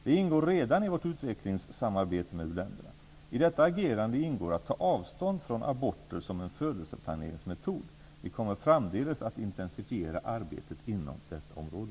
Det ingår redan i vårt utvecklingssamarbete med u-länderna. I detta agerande ingår att ta avstånd från aborter som en födelseplaneringsmetod. Vi kommer framdeles att intensifiera arbetet inom detta område.